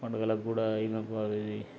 పండుగలకు కూడా ఈమెని